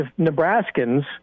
Nebraskans